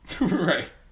Right